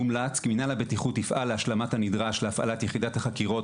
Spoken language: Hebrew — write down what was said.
מומלץ כי מינהל הבטיחות יפעל להשלמת הנדרש להפעלת יחידת החקירות,